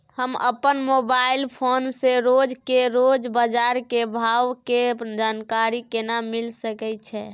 हम अपन mobile phone से रोज के रोज बाजार के भाव के जानकारी केना मिल सके छै?